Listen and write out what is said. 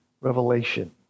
revelation